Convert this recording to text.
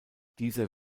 dieser